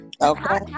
Okay